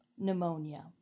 pneumonia